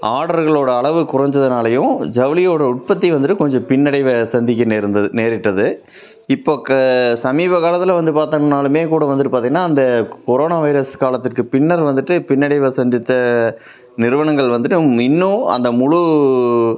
ஆர்டர்களோடய அளவு குறைஞ்சதுனாலையும் ஜவுளியோடய உற்பத்தி வந்துவிட்டு கொஞ்சம் பின்னடைவை சந்திக்க நேர்ந்தது நேரிட்டது இப்போ க சமீப காலத்தில் வந்து பாத்தோம்னாலுமே கூட வந்துவிட்டு பாத்தீங்கனா அந்த கொ கொரோனா வைரஸ் காலத்துக்கு பின்னர் வந்துவிட்டு பின்னடைவை சந்தித்த நிறுவனங்கள் வந்துவிட்டு அவங்க இன்னும் அந்த முழு